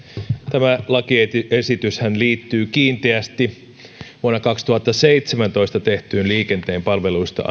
tämä lakiesityshän liittyy kiinteästi vuonna kaksituhattaseitsemäntoista tehtyyn liikenteen palveluista